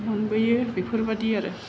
मोनबोयो बेफोरबादि आरो